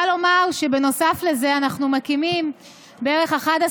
אני רוצה לומר שנוסף לזה אנחנו מקימים בערך 11